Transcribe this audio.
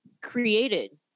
created